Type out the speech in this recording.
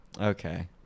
Okay